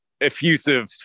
effusive